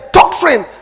doctrine